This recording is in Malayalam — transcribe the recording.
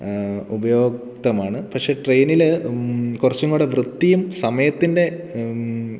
ഉപയുക്തമാണ് പക്ഷേ ട്രെയ്നിൽ കുറച്ചും കൂടി വൃത്തിയും സമയത്തിന്റെ